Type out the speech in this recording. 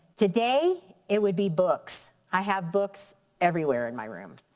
today it would be books. i have books everywhere in my room.